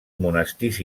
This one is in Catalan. monestirs